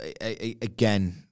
Again